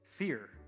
Fear